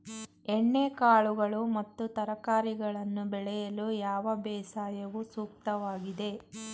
ಎಣ್ಣೆಕಾಳುಗಳು ಮತ್ತು ತರಕಾರಿಗಳನ್ನು ಬೆಳೆಯಲು ಯಾವ ಬೇಸಾಯವು ಸೂಕ್ತವಾಗಿದೆ?